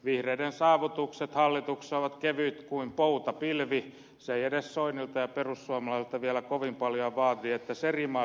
vihreiden saavutukset hallituksessa ovat kevyt kuin poutapilvi se ei edes soinilta ja perussuomalaisilta vielä kovin paljoa vaadi että se rima ylitetään